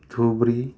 Dhubri